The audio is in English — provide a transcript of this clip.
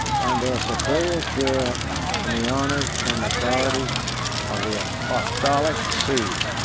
and their superior share in the honors and authority of the apostolic see.